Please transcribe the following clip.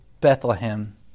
Bethlehem